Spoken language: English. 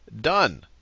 done